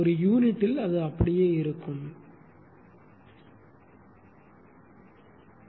ஒரு யூனிட்டில் இது அப்படியே இருக்கும் அதனால்தான் நான் பவர் அவுட்புட் அல்லது வால்வு ஸ்லாஷ் கேட் நிலையை சரியாக எழுதினேன்